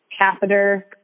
catheter